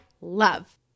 love